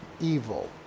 evil